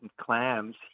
clams